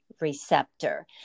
receptor